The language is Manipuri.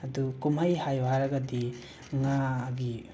ꯑꯗꯣ ꯀꯨꯝꯍꯩ ꯍꯥꯏꯌꯣ ꯍꯥꯏꯔꯒꯗꯤ ꯉꯥꯒꯤ